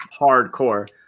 hardcore